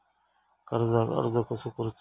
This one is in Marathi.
कर्जाक अर्ज कसो करूचो?